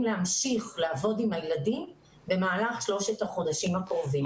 להמשיך לעבוד עם הילדים במהלך שלושת החודשים הקרובים.